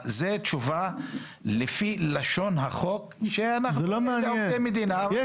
זו תשובה לפי לשון החוק שאנחנו כעובדי מדינה --- זה לא מעניין.